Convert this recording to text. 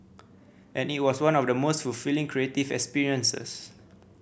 and it was one of the most fulfilling creative experiences